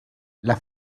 las